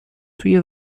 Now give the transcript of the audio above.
توی